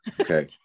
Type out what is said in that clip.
okay